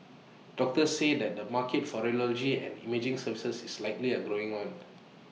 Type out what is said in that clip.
doctors say that the market for radiology and imaging services is likely A growing one